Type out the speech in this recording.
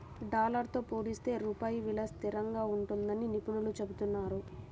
dollar తో పోలిస్తే రూపాయి విలువ స్థిరంగా ఉంటుందని నిపుణులు చెబుతున్నారు